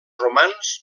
romans